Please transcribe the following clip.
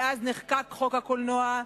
מאז נחקק חוק הקולנוע,